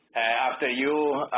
after you